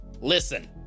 Listen